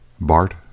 Bart